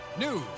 news